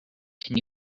can